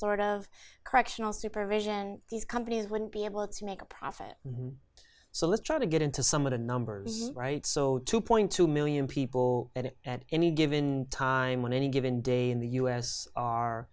of correctional supervision these companies wouldn't be able to make a profit so let's try to get into some of the numbers right so two point two million people in it at any given time on any given day in the u s are